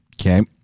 okay